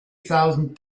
thousand